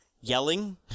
yelling